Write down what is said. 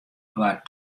waard